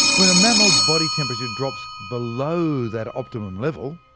when a mammal's body temperature drops below that optimum level,